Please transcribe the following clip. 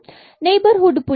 neighbourhood புள்ளி minus f00